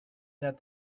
that